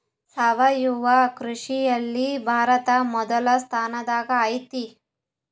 ಸಾವಯವ ಕೃಷಿಯಲ್ಲಿ ಭಾರತ ಮೊದಲ ಸ್ಥಾನದಾಗ್ ಐತಿ